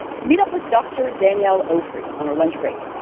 to meet up with dr. danielle ofri on her lunch break.